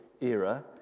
era